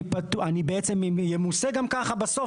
אני בעצם אהיה חייב במס בסוף,